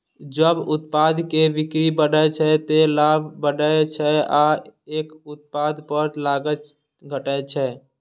जब उत्पाद के बिक्री बढ़ै छै, ते लाभ बढ़ै छै आ एक उत्पाद पर लागत घटै छै